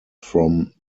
from